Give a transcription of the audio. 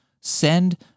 send